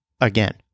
Again